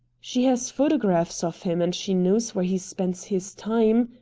she has photographs of him and she knows where he spends his time,